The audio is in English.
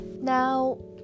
Now